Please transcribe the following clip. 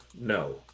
no